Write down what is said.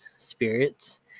spirits